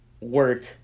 work